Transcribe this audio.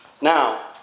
Now